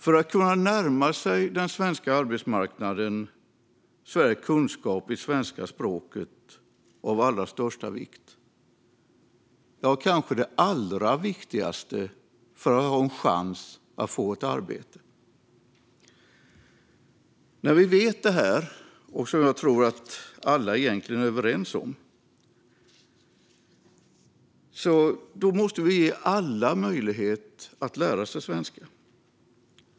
För att kunna närma sig den svenska arbetsmarknaden är kunskap i svenska språket av allra största vikt - kanske det allra viktigaste för att ha en chans att få ett arbete. När vi vet detta - och jag tror att vi alla egentligen är överens om detta - måste vi ge alla möjlighet att lära sig svenska.